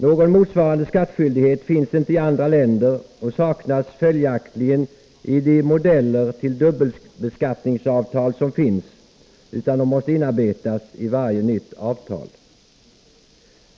Någon motsvarande skattskyldighet finns inte i andra länder och saknas följaktligen i de modeller till dubbelbeskattningsavtal som finns. De måste därför inarbetas i varje nytt avtal.